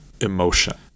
emotion